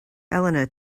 helena